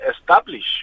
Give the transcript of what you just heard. establish